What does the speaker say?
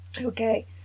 Okay